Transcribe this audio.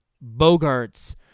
Bogart's